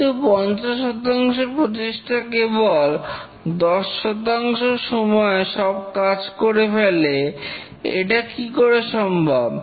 কিন্তু 50 প্রচেষ্টা কেবল 10 সময় সব কাজ করে ফেলে এটা কি করে সম্ভব